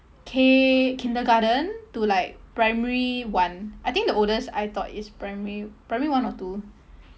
K kindergarten to like primary one I think the oldest I taught is primary primary one or two